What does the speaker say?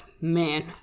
Man